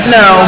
no